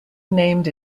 named